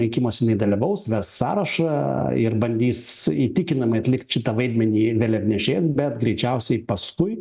rinkimuose jinai dalyvaus ves sąrašą ir bandys įtikinamai atlikt šitą vaidmenį vėliavnešės bet greičiausiai paskui